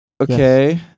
okay